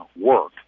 work